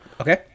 Okay